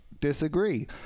disagree